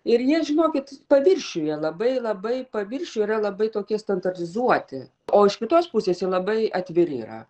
ir jie žinokit paviršiuje labai labai paviršiuj yra labai tokie standartizuoti o iš kitos pusės jie labai atviri yra